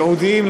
ייעודיים,